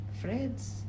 friends